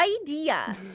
idea